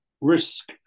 risk